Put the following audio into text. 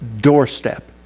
doorstep